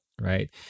right